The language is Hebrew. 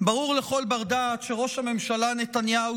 ברור לכל בר-דעת שראש הממשלה נתניהו